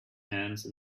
hands